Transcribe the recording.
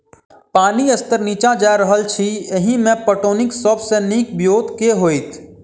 पानि स्तर नीचा जा रहल अछि, एहिमे पटौनीक सब सऽ नीक ब्योंत केँ होइत?